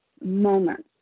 moments